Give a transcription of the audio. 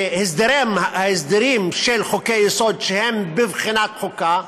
וההסדרים של חוקי-היסוד, שהם בבחינת חוקה,